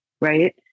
Right